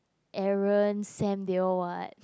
Aaron Sam they all [what]